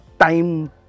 time